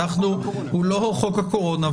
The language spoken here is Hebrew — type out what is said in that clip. הוא לא חוק הקורונה,